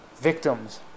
victims